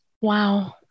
Wow